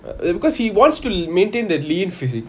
e~ because he wants to maintain the lean physique